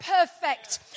perfect